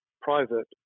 private